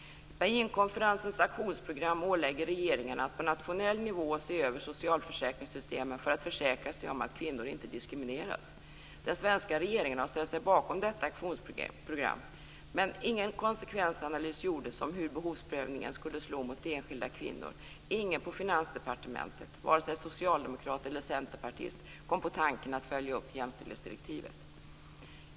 Beijingkonferensens aktionsprogram ålägger regeringarna att på nationell nivå se över socialförsäkringssystemen för att försäkra sig om att kvinnor inte diskrimineras. Den svenska regeringen har ställt sig bakom detta aktionsprogram. Men ingen konsekvensanalys gjordes om hur behovsprövningen skulle slå mot enskilda kvinnor. Ingen på Finansdepartementet - vare sig socialdemokrat eller centerpartist - kom på tanken att följa upp jämställdhetsdirektivet.